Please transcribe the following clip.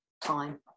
time